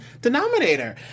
denominator